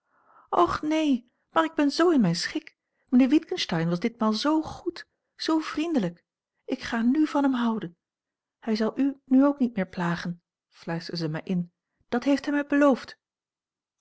och neen maar ik ben zoo in mijn schik mijnheer witgensteyn was ditmaal zoo goed zoo vriendelijk ik ga n van hem houden hij zal u nu ook niet meer plagen fluisterde zij mij in dat heeft hij mij beloofd